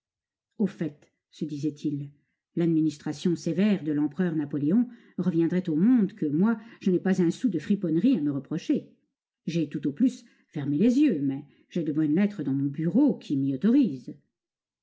au fait se disait-il l'administration sévère de l'empereur napoléon reviendrait au monde que moi je n'ai pas un sou de friponneries à me reprocher j'ai tout au plus fermé les yeux mais j'ai de bonnes lettres dans mon bureau qui m'y autorisent